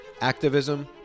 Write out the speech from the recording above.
activism